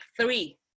three